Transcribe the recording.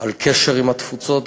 על קשר עם התפוצות,